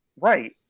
right